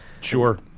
Sure